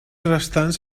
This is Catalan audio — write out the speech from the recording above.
restants